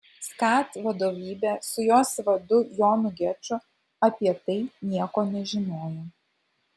skat vadovybė su jos vadu jonu geču apie tai nieko nežinojo